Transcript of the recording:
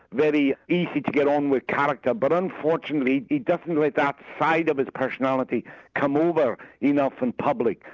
very easy to get on with character but unfortunately he doesn't let that side of his personality come over enough in public,